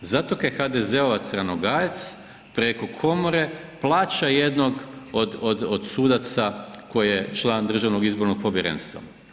Zato kaj HDZ-ovac Ranogajec preko komore plaća jednog od sudaca koji je član Državnog izbornog povjerenstva.